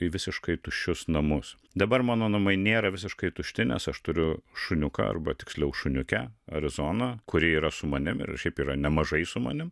į visiškai tuščius namus dabar mano namai nėra visiškai tušti nes aš turiu šuniuką arba tiksliau šuniuke arizoną kuri yra su manim ir šiaip yra nemažai su manim